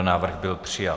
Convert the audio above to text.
Návrh byl přijat.